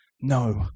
No